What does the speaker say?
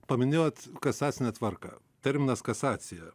paminėjot kasacinę tvarką terminas kasacija